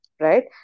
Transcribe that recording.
Right